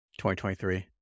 2023